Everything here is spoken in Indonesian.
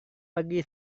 pagi